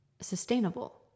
sustainable